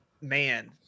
Man